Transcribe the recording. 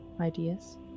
Ideas